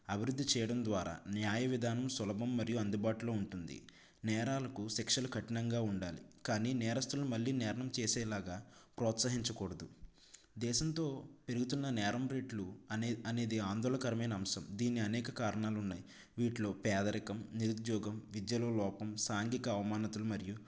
అభివృద్ధి చేయడం ద్వారా న్యాయ విధానం సులభం మరియు అందుబాటులో ఉంటుంది నేరాలకు శిక్షలు కఠినంగా ఉండాలి కానీ నేరస్తులు మళ్లీ నేరం చేసేలాగా ప్రోత్సహించకూడదు దేశంతో పెరుగుతున్న నేరం రేట్లు అనే అనేది ఆందోళకరమైన అంశం దీనికి అనేక కారణాలు ఉన్నాయి వీటిలో పేదరికం నిరుద్యోగం విద్యలో లోపం సాంఘిక అవమానతలు మరియు